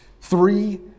Three